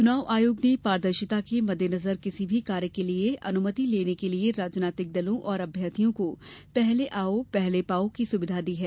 चुनाव आयोग ने पारदर्शिता के मद्देनजर किसी भी कार्य के लिये अनुमति लेने के लिये राजनीतिक दलों और अभ्यर्थियों को पहले आओ पहले पाओ की सुविधा दी है